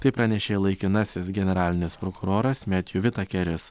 tai pranešė laikinasis generalinis prokuroras metju vitakeris